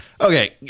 Okay